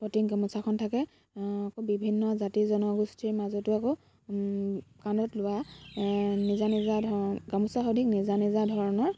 প্ৰতীক গামোচাখন থাকে আকৌ বিভিন্ন জাতি জনগোষ্ঠীৰ মাজতো আকৌ কাণত লোৱা নিজা নিজা ধৰ গামোচা সদৃশ নিজা নিজা ধৰণৰ